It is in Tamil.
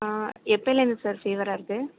எப்போலேந்து சார் ஃபீவராக இருக்கு